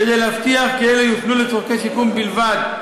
כדי להבטיח כי אלה יופנו לצורכי שיקום בלבד.